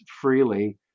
freely